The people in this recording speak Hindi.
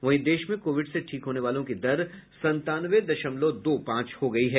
वहीं देश में कोविड से ठीक होने वालों की दर संतानवे दशमलव दो पांच है